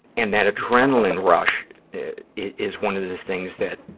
and that adrenaline rush is one of the things that,